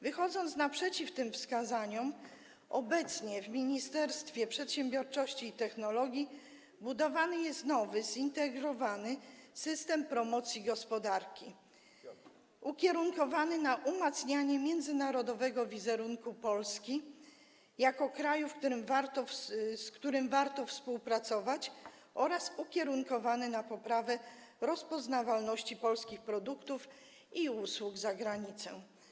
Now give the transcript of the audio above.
Wychodzi się naprzeciw tym wskazaniom, bo obecnie w Ministerstwie Przedsiębiorczości i Technologii budowany jest nowy zintegrowany system promocji gospodarki ukierunkowany na umacnianie międzynarodowego wizerunku Polski jako kraju, z którym warto współpracować, oraz ukierunkowany na poprawę rozpoznawalności polskich produktów i usług za granicą.